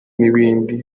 n’ibindi